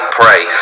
pray